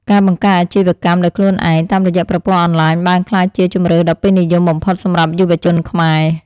ការបង្កើតអាជីវកម្មដោយខ្លួនឯងតាមរយៈប្រព័ន្ធអនឡាញបានក្លាយជាជម្រើសដ៏ពេញនិយមបំផុតសម្រាប់យុវជនខ្មែរ។